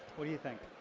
what do you think?